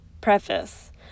Preface